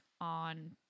on